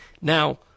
Now